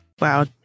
Wow